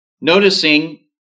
noticing